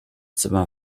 zimmer